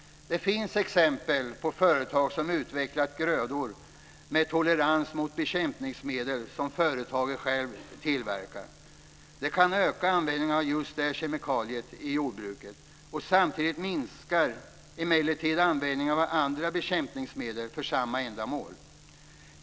Det finns exempel på att företag utvecklat grödor med tolerans mot ett bekämpningsmedel som företaget självt tillverkar. Det kan öka användningen av just denna kemikalie i jordbruket. Samtidigt minskar emellertid användningen av andra bekämpningsmedel för samma ändamål.